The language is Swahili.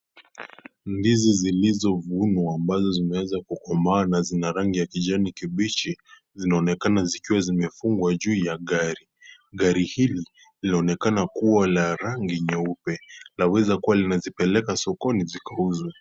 Ndizi zilizovunwa ambazo zimeweza kukomaa na zina rangi ya kijani kibichi, zimeanza kukomaana zina rangi ya kijani kibichi. Zinaonekana zikiwa zimefungwa juu ya gari. Gari hili laonekana kuwa la rangi nyeupe. Laweza kuwa linazipeleka sokoni kuuzwa.